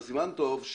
בר סימן טוב,